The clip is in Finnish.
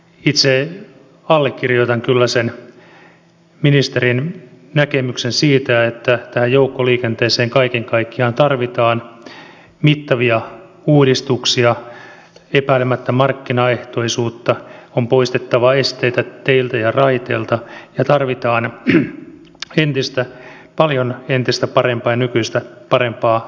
itse allekirjoitan kyllä sen ministerin näkemyksen että tähän joukkoliikenteeseen kaiken kaikkiaan tarvitaan mittavia uudistuksia epäilemättä markkinaehtoisuutta on poistettava esteitä teiltä ja raiteilta ja tarvitaan paljon entistä parempaa ja nykyistä parempaa rataverkkoa